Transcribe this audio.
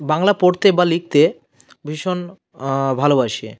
বাংলা পড়তে বা লিখতে ভীষণ ভালবাসি